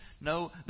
No